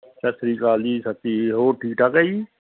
ਸਤਿ ਸ੍ਰੀ ਅਕਾਲ ਜੀ ਸਤਿ ਸ੍ਰੀ ਅਕਾਲ ਹੋਰ ਠੀਕ ਠਾਕ ਹੈ ਜੀ